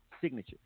Signature